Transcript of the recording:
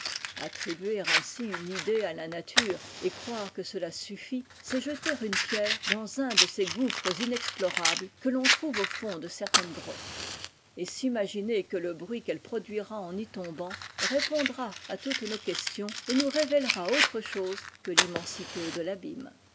attribuer ainsi une idée à la nature et croire que cela suffit c'est jeter une pierre dans un de ces gouffres inexplorables que l'on trouve au fond de certaines grottes et s'imaginer que le bruit qu'elle produira en y tombant répondra à toutes nos questions et nous révélera autre chose que l'immensité de l'abîme